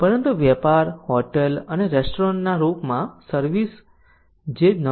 પરંતુ વેપાર હોટલ અને રેસ્ટોરન્ટના રૂપમાં સર્વિસ જે 9